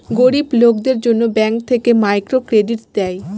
গরিব লোকদের জন্য ব্যাঙ্ক থেকে মাইক্রো ক্রেডিট দেয়